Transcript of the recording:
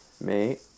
Mate